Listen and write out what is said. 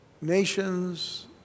nations